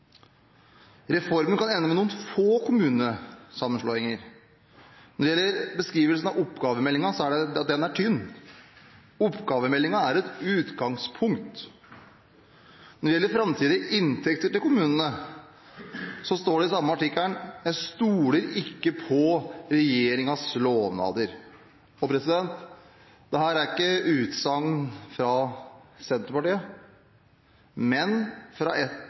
Reformen kan ende med noen få kommunesammenslåinger. Når det gjelder beskrivelsen av oppgavemeldingen, er den tynn. Oppgavemeldingen er et utgangspunkt. Når det gjelder framtidige inntekter til kommunene, står det i den samme artikkelen at jeg «stoler ikke på regjeringens lovnader». Dette er ikke et utsagn fra Senterpartiet, men fra